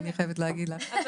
אני חייבת להגיד לך.